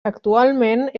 actualment